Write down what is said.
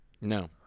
No